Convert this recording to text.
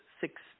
six